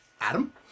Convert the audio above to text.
Adam